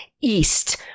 east